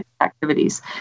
activities